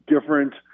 different